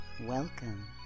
welcome